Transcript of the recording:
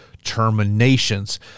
terminations